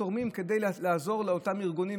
תורמות כדי לעזור לאותם ארגונים,